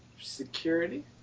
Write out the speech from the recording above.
security